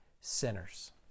sinners